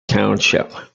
township